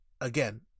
Again